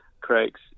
craig's